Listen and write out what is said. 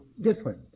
different